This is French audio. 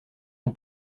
ton